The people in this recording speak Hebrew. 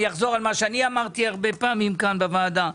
אני אחזור על מה שאני אמרתי הרבה פעמים כאן בוועדה.